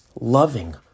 loving